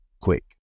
quick